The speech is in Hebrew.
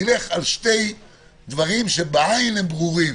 נלך על שני דברים שבעין הם ברורים.